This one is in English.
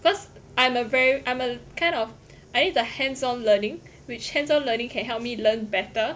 cause I'm a very I'm a kind of I need to hands on learning which hands on learning can help me learn better